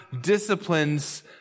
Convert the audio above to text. disciplines